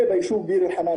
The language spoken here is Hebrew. וביישוב דיר אל-חנאן,